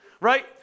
right